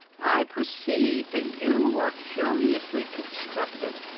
i perceive that you are curiously constructed,